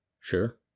Sure